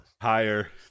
Higher